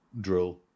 drill